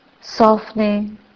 Softening